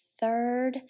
third